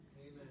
Amen